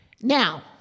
Now